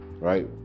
Right